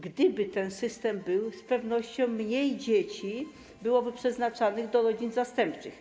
Gdyby ten system był, z pewnością mniej dzieci byłoby kierowanych do rodzin zastępczych.